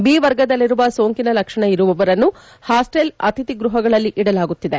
B ವರ್ಗದಲ್ಲಿರುವ ಸೋಂಕಿನ ಲಕ್ಷಣ ಇರುವವರನ್ನು ಹಾಸ್ವೆಲ್ ಅತಿಥಿ ಗೃಹಗಳಲ್ಲಿ ಇಡಲಾಗುತ್ತಿದೆ